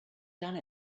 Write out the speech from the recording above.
done